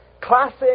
Classic